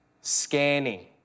scanning